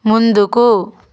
ముందుకు